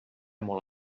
molt